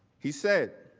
he said,